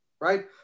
Right